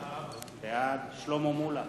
בעד שלמה מולה,